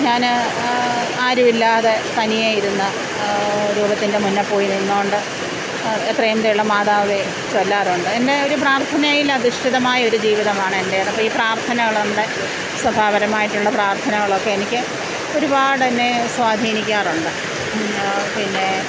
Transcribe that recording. ഞാന് ആരുമില്ലാതെ തനിയെ ഇരുന്ന് രൂപത്തിൻ്റെ മുന്നിൽ പോയി നിന്നു കൊണ്ട് എത്രയും ദയയുള്ള മാതാവേ ചൊല്ലാറുണ്ട് എൻ്റെ ഒരു പ്രാർത്ഥനയിൽ അധിഷ്ടിതമായ ഒരു ജീവിതമാണ് എൻ്റേത് അപ്പം ഈ പ്രാർത്ഥനകൾ നമ്മുടെ സഭാപരമായിട്ടുള്ള പ്രാർത്ഥനകളൊക്കെ എനിക്ക് ഒരുപാട് എന്നെ സ്വാധീനിക്കാറുണ്ട് പിന്നേ